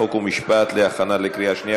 חוק ומשפט נתקבלה.